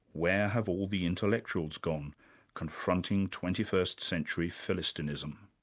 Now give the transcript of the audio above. where have all the intellectuals gone confronting twenty first century philistinism.